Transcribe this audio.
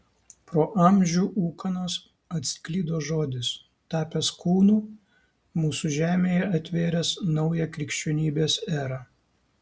pro amžių ūkanas atsklido žodis tapęs kūnu mūsų žemėje atvėręs naują krikščionybės erą